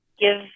give